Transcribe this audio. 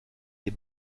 des